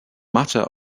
matter